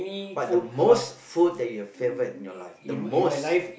but the most food that you've favored in your life the most